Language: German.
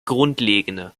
grundlegende